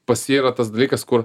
pas jį yra tas dalykas kur